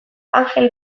angel